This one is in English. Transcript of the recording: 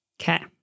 Okay